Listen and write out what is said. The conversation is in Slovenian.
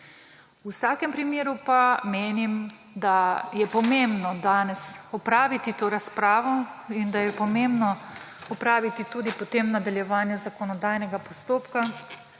V vsakem primeru pa menim, da je pomembno danes opraviti to razpravo in da je pomembno opraviti potem tudi nadaljevanje zakonodajnega postopka,